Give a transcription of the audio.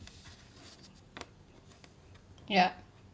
ya